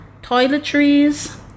toiletries